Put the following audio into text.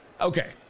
Okay